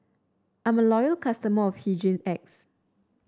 I'm a loyal customer of Hygin X